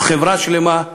זו חברה שלמה,